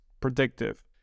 predictive